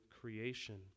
creation